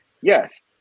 Yes